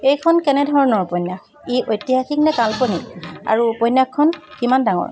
এইখন কেনে ধৰণৰ উপন্যাস ই ঐতিহাসিক নে কাল্পনিক আৰু উপন্যাসখন কিমান ডাঙৰ